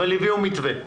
אבל הביאו מתווה.